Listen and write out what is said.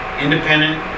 independent